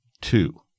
two